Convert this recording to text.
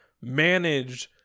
managed